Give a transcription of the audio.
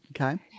Okay